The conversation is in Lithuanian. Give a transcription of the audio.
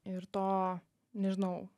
ir to nežinau